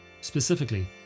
specifically